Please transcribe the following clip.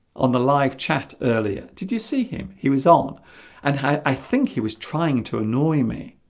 on the live chat earlier did you see him he was on and i think he was trying to annoy me